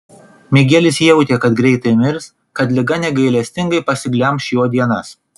migelis jautė kad greitai mirs kad liga negailestingai pasiglemš jo dienas